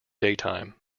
daytime